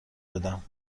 بدهم